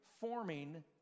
forming